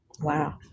Wow